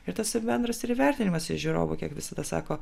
ir tas bendras ir įvertinimas iš žiūrovų kiek visada sako